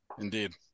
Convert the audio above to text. Indeed